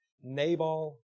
Nabal